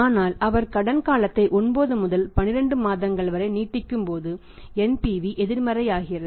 ஆனால் அவர் கடன் காலத்தை 9 முதல் 12 மாதங்கள் வரை நீட்டிக்கும்போது NPV எதிர்மறையாகிறது